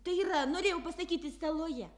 tai yra norėjau pasakyti saloje